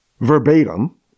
verbatim